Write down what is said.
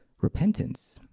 repentance